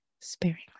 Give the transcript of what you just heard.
sparingly